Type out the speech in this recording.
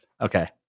Okay